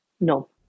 no